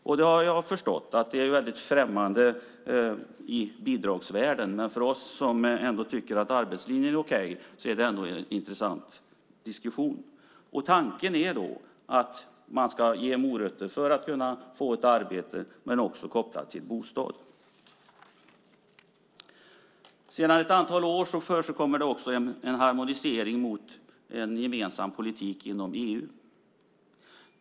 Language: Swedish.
Jag har förstått att det är främmande i bidragsvärlden, men för oss som ändå tycker att arbetslinjen är okej är det en intressant diskussion. Tanken är att man ska ge morötter för arbete, men det ska också finnas en koppling till bostad. Sedan ett antal år förekommer också en harmonisering mot en gemensam politik inom EU.